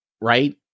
right